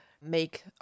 make